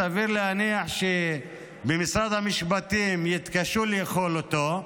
סביר להניח שבמשרד המשפטים יתקשו לאכול אותו,